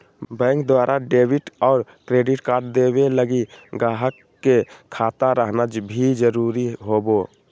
bank द्वारा debit और credit card देवे लगी गाहक के खाता रहना भी जरूरी होवो